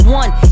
one